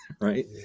Right